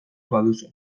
baduzu